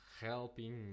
helping